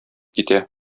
китә